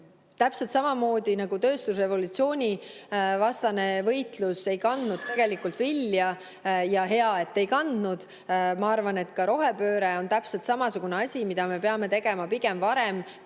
täpselt samamoodi, nagu tööstusrevolutsioonivastane võitlus ei kandnud vilja – ja hea, et ei kandnud –, ma arvan, et ka rohepööre on täpselt samasugune asi, mida me peame tegema pigem varem